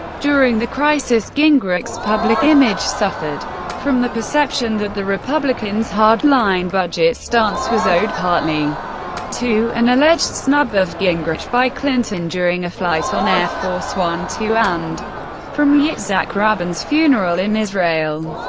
during the crisis, gingrich's public image suffered from the perception that the republicans' hardline budget stance was owed partly to an alleged snub of gingrich by clinton during a flight on air force one to and from yitzhak rabin's funeral in israel.